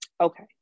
okay